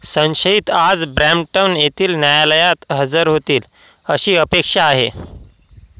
संशयित आज ब्रॅम्प्टन येथील न्यायालयात हजर होतील अशी अपेक्षा आहे